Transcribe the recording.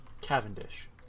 Cavendish